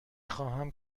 خواهم